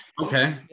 okay